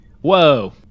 Whoa